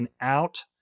out